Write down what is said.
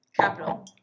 Capital